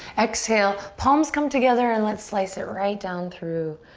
exhale, palms come together and let's slice it right down through,